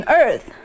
earth